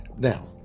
Now